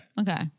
Okay